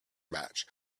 match